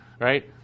right